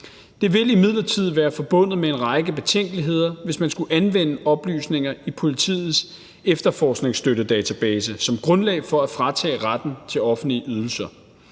Det vil imidlertid være forbundet med en række betænkeligheder, hvis man skulle anvende oplysninger i politiets Efterforskningsstøtte Database som grundlag for at fratage retten til offentlige ydelser.